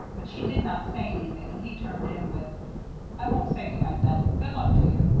but she did not say anything, and he turned in with i won't say good-night, then. good luck to you.